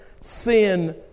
sin